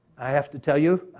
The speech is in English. i have to tell you,